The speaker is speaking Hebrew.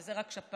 וזו רק שפעת.